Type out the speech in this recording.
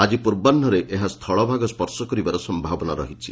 ଆଜି ପୂର୍ବାହୁରେ ଏହା ସ୍ଥଳଭାଗ ସ୍ୱର୍ଶ କରିବାର ସମ୍ଭାବନା ରହିଛି